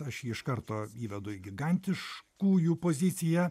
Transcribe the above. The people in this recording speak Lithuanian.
aš jį iš karto įvedu į gigantiškųjų poziciją